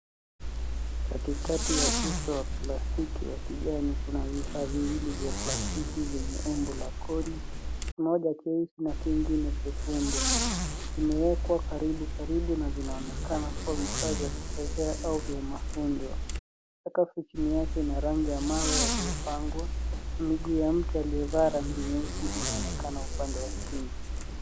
Katikati ya uso wa plastiki wa kijani kuna vifaa viwili vya plastiki vyenye umbo la koni, moja cheusi na kingine chekundu. vimewekwa karibu karibu na vinaonekana kuwa vifaa vya kuchezea au vya mafunzo. Sakafu chini yake ina rangi ya mawe yaliyopangwa na miguu ya mtu aliyevaa rangi nyeusi inaonekana upande wa chini.